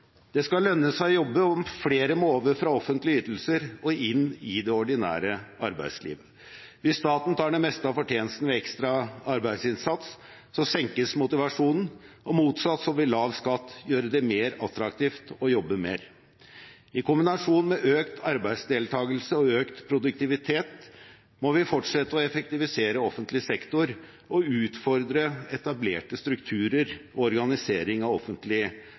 Det skal lønne seg å jobbe, og flere må over fra offentlige ytelser og inn i det ordinære arbeidslivet. Hvis staten tar det meste av fortjenesten ved ekstra arbeidsinnsats, senkes motivasjonen. Motsatt vil lav skatt gjøre det mer attraktivt å jobbe mer. I kombinasjon med økt arbeidsdeltakelse og økt produktivitet må vi fortsette å effektivisere offentlig sektor og utfordre etablerte strukturer og organisering av